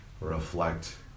reflect